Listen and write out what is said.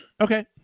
Okay